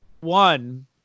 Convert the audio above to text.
One